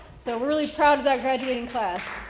so we're really proud of that graduating class.